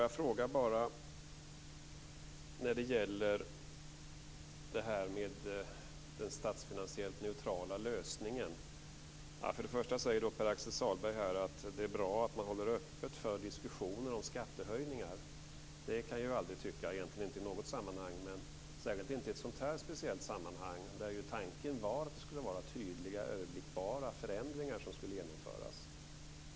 Jag vill ställa en fråga om den statsfinansiellt neutrala lösningen. Pär Axel Sahlberg säger att det är bra att man håller öppet för diskussioner om skattehöjningar. Det kan jag egentligen inte tycka i något sammanhang, men särskilt inte i ett sådant här speciellt sammanhang där ju tanken var att det skulle vara tydliga och överblickbara förändringar som skulle genomföras.